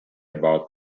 about